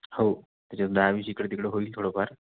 हो त्याच्यातून आम्ही जिकडे तिकडं होईल थोडंफार